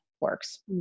works